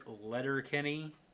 Letterkenny